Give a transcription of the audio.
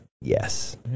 Yes